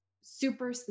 super